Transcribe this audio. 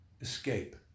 escape